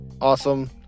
Awesome